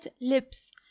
lips